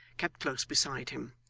kept close beside him.